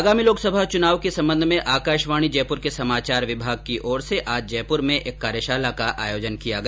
आगामी लोकसभा चुनाव के संबंध में आकाशवाणी जयपुर के समाचार विभाग की ओर से आज जयपुर में एक कार्यशाला का आयोजन किया गया